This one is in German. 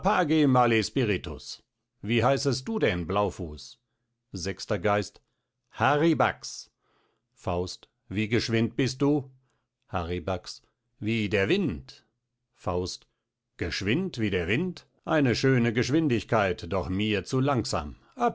male spiritus wie heißest du denn blaufuß sechster geist haribax faust wie geschwind bist du haribax wie der wind faust geschwind wie der wind eine schöne geschwindigkeit doch mir zu langsam